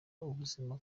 ubuzima